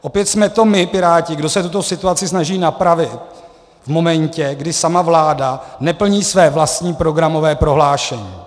Opět jsme to my, Piráti, kdo se tuto situaci snaží napravit v momentě, kdy sama vláda neplní své vlastní programové prohlášení.